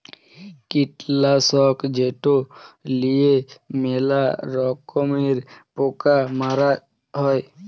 কীটলাসক যেট লিঁয়ে ম্যালা রকমের পকা মারা হ্যয়